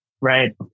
right